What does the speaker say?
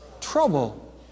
trouble